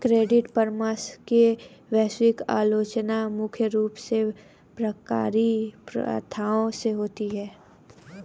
credit परामर्श की वैश्विक आलोचना मुख्य रूप से शिकारी प्रथाओं से होती है